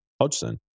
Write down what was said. Hodgson